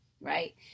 right